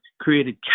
created